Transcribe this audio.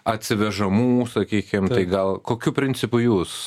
atsivežamų sakykim gal kokiu principu jūs